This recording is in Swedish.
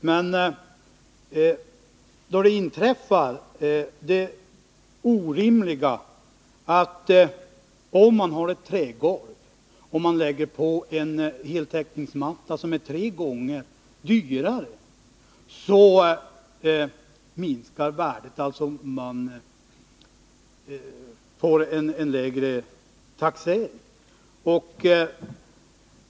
Men det är orimligt att om man har ett trägolv och lägger på en heltäckningsmatta, som är tre gånger dyrare, så minskar värdet och man får lägre taxering.